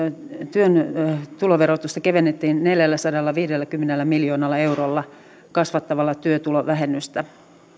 työn tuloverotusta kevennettiin neljälläsadallaviidelläkymmenellä miljoonalla eurolla kasvattamalla työtulovähennystä